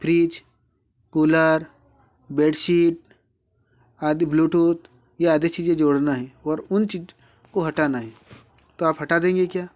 freeze cooler bedsheet आदि Bluetooth ये आदि चीज़ें जोड़ना है और उन चीज़ों को हटाना है तो आप हटा देंगे क्या